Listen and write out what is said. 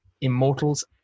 Immortals